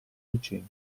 lucente